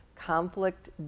Conflict